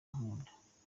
ankunda